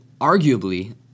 Arguably